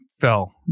fell